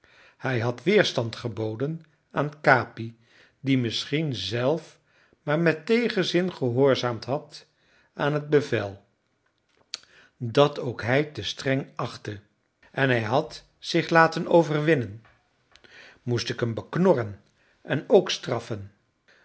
hij had weerstand geboden aan capi die misschien zelf maar met tegenzin gehoorzaamd had aan het bevel dat ook hij te streng achtte en hij had zich laten overwinnen moest ik hem beknorren en ook straffen